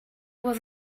was